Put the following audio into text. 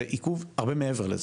זה עיכוב הרבה מעבר לזה.